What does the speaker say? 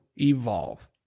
evolve